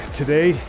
today